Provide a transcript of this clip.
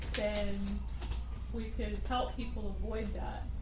then we can help people avoid that,